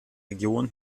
region